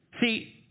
See